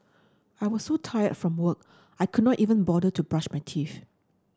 I was so tired from work I could not even bother to brush my teeth